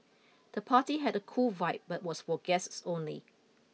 the party had a cool vibe but was for guests only